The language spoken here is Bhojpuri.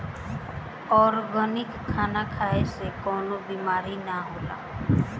ऑर्गेनिक खाना खाए से कवनो बीमारी ना होला